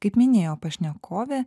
kaip minėjo pašnekovė